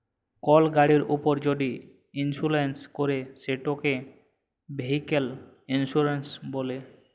call গাড়ির উপর যদি ইলসুরেলস ক্যরে সেটকে ভেহিক্যাল ইলসুরেলস ব্যলে